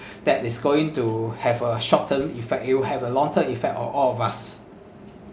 that is going to have a short term effect it will have a long term effect on all of us